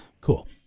Cool